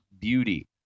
beauty